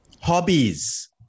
Hobbies